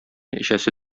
эчәсе